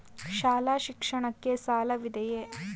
ಶಾಲಾ ಶಿಕ್ಷಣಕ್ಕೆ ಸಾಲವಿದೆಯೇ?